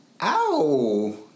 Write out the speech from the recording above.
ow